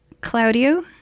claudio